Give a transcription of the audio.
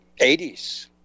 80s